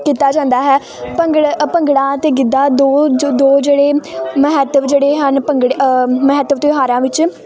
ਕੀਤਾ ਜਾਂਦਾ ਹੈ ਭੰਗੜੇ ਅ ਭੰਗੜਾ ਅਤੇ ਗਿੱਧਾ ਦੋ ਜੋ ਦੋ ਜਿਹੜੇ ਮਹੱਤਵ ਜਿਹੜੇ ਹਨ ਭੰਗੜੇ ਮਹੱਤਵ ਤਿਉਹਾਰਾਂ ਵਿੱਚ